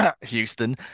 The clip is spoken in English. Houston